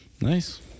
Nice